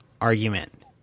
argument